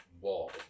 wall